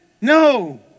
No